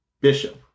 bishop